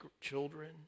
children